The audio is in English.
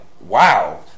wow